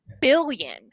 billion